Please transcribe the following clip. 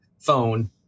phone